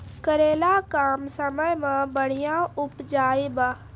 करेला कम समय मे बढ़िया उपजाई बा?